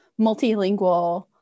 multilingual